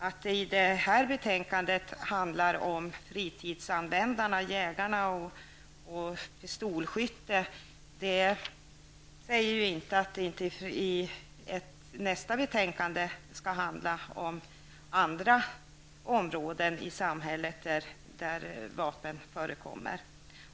Att det i detta betänkande handlar om fritidsanvändarna av vapen, jägarna och pistolskyttarna, medför inte att nästa betänkande inte kommer att handla om andra områden i samhället där vapen förekommer.